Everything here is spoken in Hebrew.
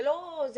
זה לא הדיון.